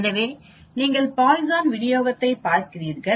எனவே நீங்கள் பாய்சன் விநியோகத்தைப் பார்க்கிறீர்கள்